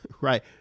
right